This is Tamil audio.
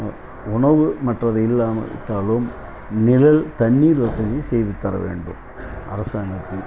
உணவு மற்றது இல்லாமல் விட்டாலும் நிழல் தண்ணீர் வசதி செய்து தர வேண்டும் அரசாங்கத்தில்